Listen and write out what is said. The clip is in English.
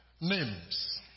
names